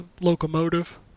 locomotive